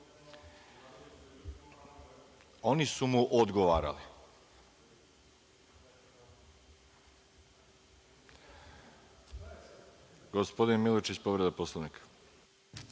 su mu odgovarali. Gospodin Milojčić, povreda Poslovnika.